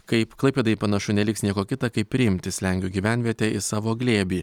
kaip klaipėdai panašu neliks nieko kita kaip priimti slengių gyvenvietę į savo glėbį